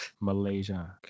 Malaysia